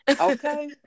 okay